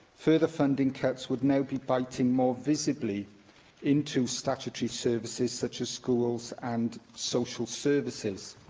further funding cuts would now be biting more visibly into statutory services such as schools and social services,